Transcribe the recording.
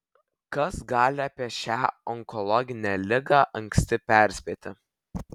kas gali apie šią onkologinę ligą anksti perspėti